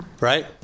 right